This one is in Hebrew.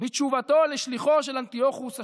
בתשובתו לשליחו של אנטיוכוס השביעי: